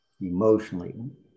Emotionally